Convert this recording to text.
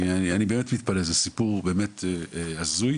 אני באמת מתפלא, זה סיפור באמת הזוי.